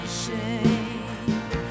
shame